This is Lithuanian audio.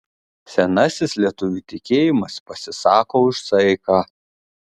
senasis lietuvių tikėjimas pasisako už saiką